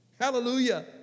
Hallelujah